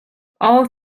all